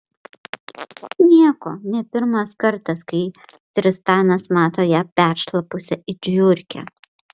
nieko ne pirmas kartas kai tristanas mato ją peršlapusią it žiurkę